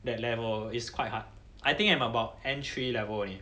that level is quite hard I think I'm about entry level only